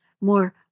more